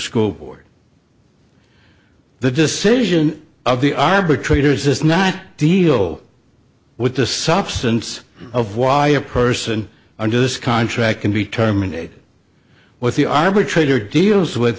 school board the decision of the arbitrator's is not deal with the substance of why a person under this contract can be terminated with the arbitrator deals with